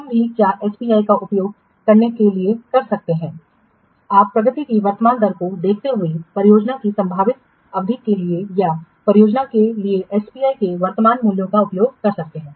तुम भी क्या SPI का उपयोग करने के लिए कर सकते हैं आप प्रगति की वर्तमान दर को देखते हुए परियोजना की संभावित अवधि के लिए या परियोजना के लिए SPI के वर्तमान मूल्य का उपयोग कर सकते हैं